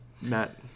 Matt